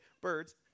birds